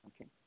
Okay